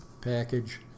package